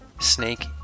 snake